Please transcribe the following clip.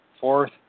Fourth